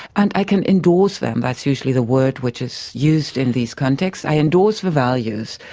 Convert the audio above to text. and i can endorse them. that's usually the word which is used in these contexts. i endorse the values.